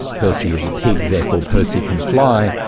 percy is a pig, therefore percy can fly,